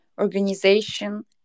organization